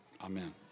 Amen